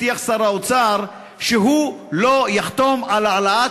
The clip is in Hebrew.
הבטיח שר האוצר שהוא לא יחתום על העלאת